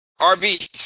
RB